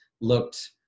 looked